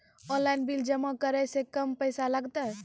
Online bill जमा करै से कम पैसा लागतै?